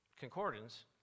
concordance